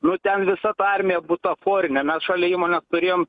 nu ten visa ta armija butaforinė mes šalia įmonės turėjom